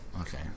Okay